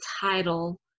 title